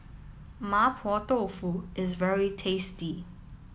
Mapo Tofu is very tasty